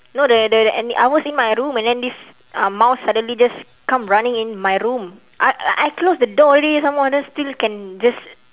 no the the ani~ I was in my room and then this uh mouse suddenly just come running in my room I I I close the door already some more then still can just